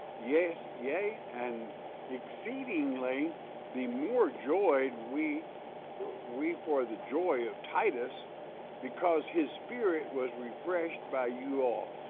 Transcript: yes, yea and exceedingly the more joyed we we for the joy of titus because his spirit was refreshed by you all.